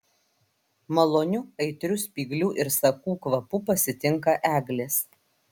maloniu aitriu spyglių ir sakų kvapu pasitinka eglės